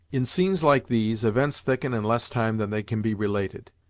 in scenes like these, events thicken in less time than they can be related.